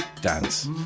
Dance